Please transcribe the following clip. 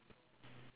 okay